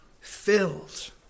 filled